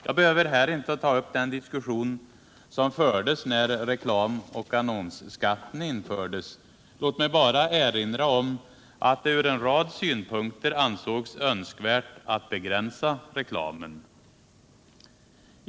Jag behöver här inte ta upp den diskussion som fördes när reklamoch annonsskatten infördes. Låt mig bara erinra om att det från en rad synpunkter ansågs önskvärt att begränsa reklamen.